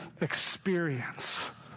experience